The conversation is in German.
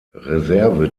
reserve